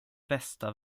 bästa